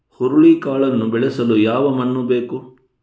ಹುರುಳಿಕಾಳನ್ನು ಬೆಳೆಸಲು ಯಾವ ಮಣ್ಣು ಬೇಕು?